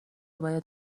باید